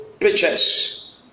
pictures